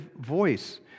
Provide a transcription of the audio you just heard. voice